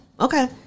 Okay